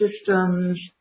systems